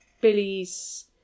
Billy's